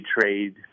trade